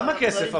מה זה הדבר הזה?